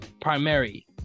primary